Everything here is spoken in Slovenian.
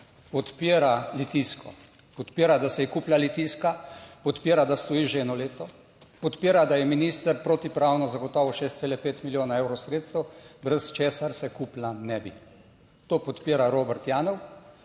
podpira Litijsko, podpira, da se je kupila Litijska, podpira, da stoji že eno leto, podpira, da je minister protipravno zagotovi 6,5 milijona evrov sredstev, brez česar se kupila ne bi. To podpira Robert Janov